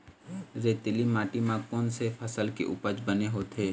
रेतीली माटी म कोन से फसल के उपज बने होथे?